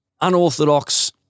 unorthodox